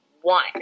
one